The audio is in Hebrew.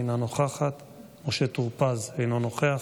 אינה נוכחת, משה טור פז, אינו נוכח,